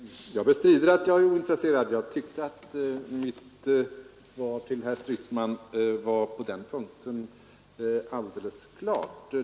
Herr talman! Jag bestrider att jag är ointresserad, Jag tyckte att mitt svar till herr Stridsman på den punkten var alldeles klart.